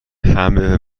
همه